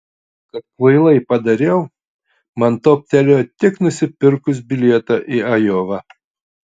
kad kvailai padariau man toptelėjo tik nusipirkus bilietą į ajovą